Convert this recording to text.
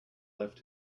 left